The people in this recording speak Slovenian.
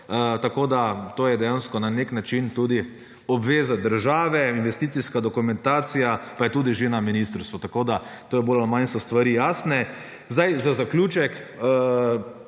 tako da to je dejansko na nek način tudi obveza države, investicijska dokumentacija pa je tudi že na ministrstvu. Tako da, bolj ali manj so stvari jasne. Za zaključek,